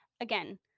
Again